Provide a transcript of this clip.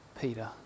Peter